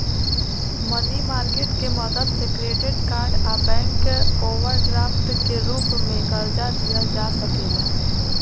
मनी market के मदद से क्रेडिट आ बैंक ओवरड्राफ्ट के रूप में कर्जा लिहल जा सकेला